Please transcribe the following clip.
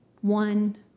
one